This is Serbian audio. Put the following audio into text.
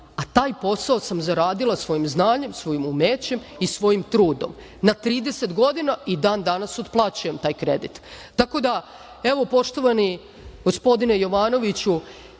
a taj posao sam zaradila svojim znanjem, svojim umećem i svojim trudom, na 30 godina i dan danas otplaćujem taj kredit. Tako da, evo, poštovani gospodine Jovanoviću,